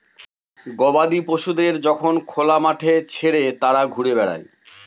গবাদি পশুদের যখন খোলা মাঠে ছেড়ে তারা ঘুরে বেড়ায়